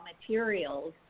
materials